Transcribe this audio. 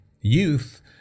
youth